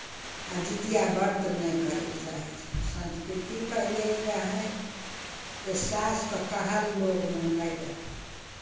आ जितिया व्रत नहि करय लए चाहै छै संस्कृति तऽ पहिले ई रहै जे सासुके कहल लोक मानैत रहै